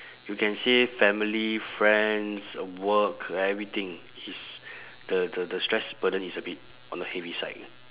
you can say family friends work everything is the the the stress burden is a bit on the heavy side